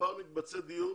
מספר מקבצי דיור